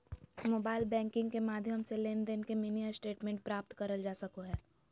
mobile banking के माध्यम से लेनदेन के मिनी स्टेटमेंट प्राप्त करल जा सको हय